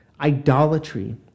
idolatry